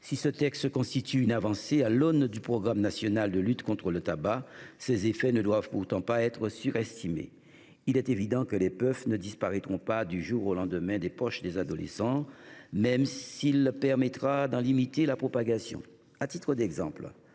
Si ce texte constitue une avancée à l’aune du programme national de lutte contre le tabac, ses effets ne doivent pourtant pas être surestimés. Il est évident que les puffs ne disparaîtront pas du jour au lendemain des poches des adolescents, même si leur propagation sera limitée. À titre d’exemple,